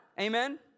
Amen